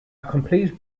complete